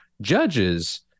judges